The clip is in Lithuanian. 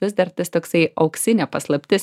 vis dar tas toksai auksinė paslaptis